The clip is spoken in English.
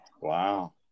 Wow